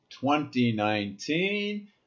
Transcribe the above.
2019